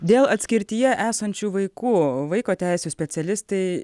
dėl atskirtyje esančių vaikų vaiko teisių specialistai